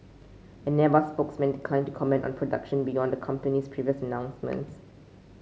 an Airbus spokesman declined to comment on production beyond the company's previous announcements